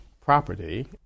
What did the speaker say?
property